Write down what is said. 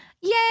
yay